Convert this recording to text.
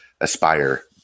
aspire